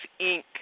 Inc